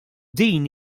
din